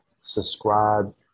subscribe